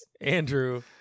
andrew